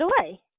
away